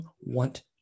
want